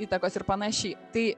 įtakos ir panašiai tai